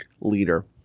leader